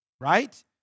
Right